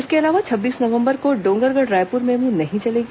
इसके अलावा छब्बीस नवंबर को डोंगरगढ़ रायपुर मेमू नहीं चलेगी